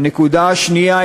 הנקודה השנייה,